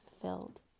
fulfilled